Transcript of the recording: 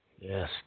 Yes